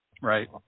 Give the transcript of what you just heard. Right